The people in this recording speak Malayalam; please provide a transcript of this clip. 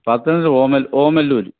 പത്തനംതിട്ട ഓമൽ ഓമല്ലൂർ